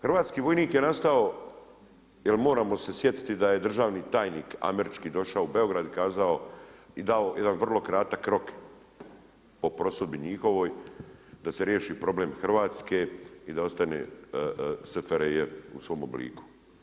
Hrvatski vojnik je nastao, jer moramo se sjetiti da je državni tajnik, američki došao u Beograd i kazao i dao jedan vrlo kratak rok, o prosudbi njihovoj, da se riješi problem Hrvatske i da ostane SFRJ u svom obliku.